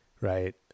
right